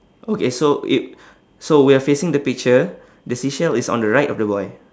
okay so i~ so we are facing the picture the seashell is on the right of the boy